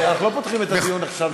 אנחנו לא פותחים את הדיון עכשיו מחדש.